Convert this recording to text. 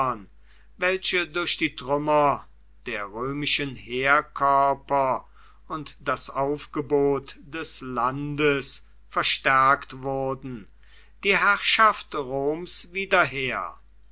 welche durch die trümmer der römischen heerkörper und das aufgebot des landes verstärkt wurden die herrschaft roms wieder her